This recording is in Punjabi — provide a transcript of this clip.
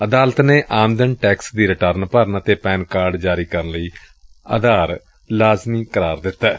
ਅਦਾਲਤ ਨੇ ਆਮਦਨ ਟੈਕਸ ਦੀ ਰਿਟਰਨ ਭਰਨ ਅਤੇ ਪੈਨ ਕਾਰਡ ਜਾਰੀ ਕਰਨ ਲਈ ਆਧਾਰ ਲਾਜ਼ਮੀ ਕਰਾਰ ਦਿੱਤੈ